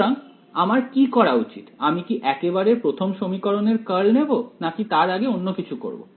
সুতরাং আমার কি করা উচিত আমি কি একেবারে প্রথম সমীকরণের কার্ল নেবো নাকি তার আগে অন্য কিছু করব